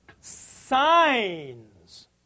signs